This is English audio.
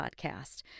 podcast